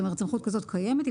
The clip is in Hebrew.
סמכות כזאת קיימת.